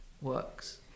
works